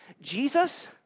Jesus